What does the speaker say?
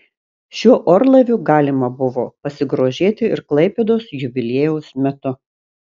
šiuo orlaiviu galima buvo pasigrožėti ir klaipėdos jubiliejaus metu